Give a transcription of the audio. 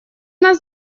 нас